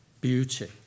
beauty